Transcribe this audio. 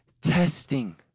Testing